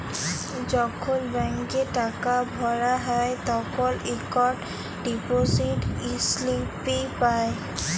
যখল ব্যাংকে টাকা ভরা হ্যায় তখল ইকট ডিপজিট ইস্লিপি পাঁই